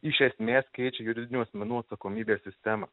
iš esmės keičia juridinių asmenų atsakomybės sistemą